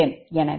எனவே 𝑗0